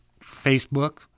Facebook